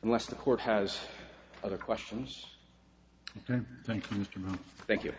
unless the court has other questions thank you thank you